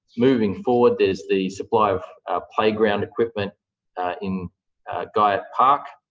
moving forward, there's the supply of playground equipment in guyatt park